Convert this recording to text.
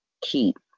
keep